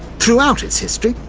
throughout its history,